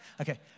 Okay